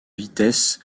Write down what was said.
vitesse